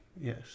Yes